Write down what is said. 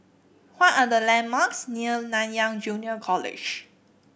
what are the landmarks near Nanyang Junior College